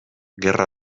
gerra